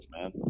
man